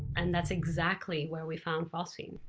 and that's exactly where we found phosphine.